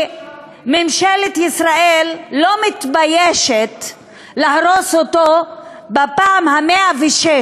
שממשלת ישראל לא מתביישת להרוס אותו בפעם ה-106.